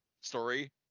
story